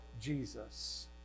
Jesus